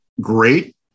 great